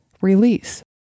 Release